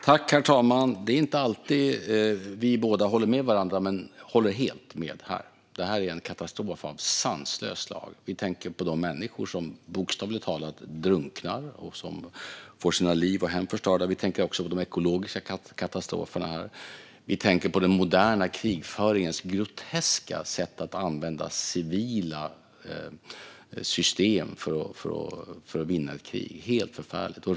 Herr talman! Det är inte alltid Rebecka Le Moine och jag håller med varandra, men jag håller helt med henne här. Detta är en katastrof av sanslöst slag. Vi tänker på de människor som bokstavligt talat drunknar och får sina liv och hem förstörda. Vi tänker också på de ekologiska katastroferna. Vi tänker på den moderna krigföringens groteska sätt att använda civila system för att vinna ett krig. Det är helt förfärligt!